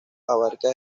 abarca